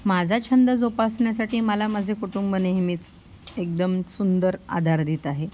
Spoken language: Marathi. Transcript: माझा छंद जोपासण्यासाठी मला माझे कुटुंब नेहमीच एकदम सुंदर आधार देत आहे